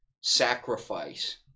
sacrifice